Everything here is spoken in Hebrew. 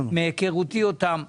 מהיכרותי אותם,